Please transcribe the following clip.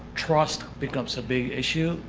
trust becomes a big issue,